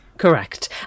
Correct